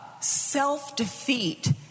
self-defeat